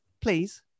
please